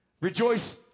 Rejoice